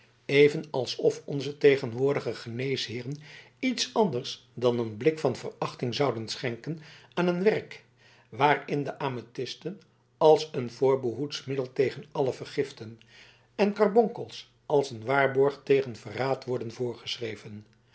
even alsof onze tegenwoordige geneesheeren iets anders dan een blik van verachting zouden schenken aan een werk waarin de amethysten als een voorbehoedmiddel tegen alle vergiften en de karbonkels als een waarborg tegen verraad worden